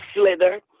slither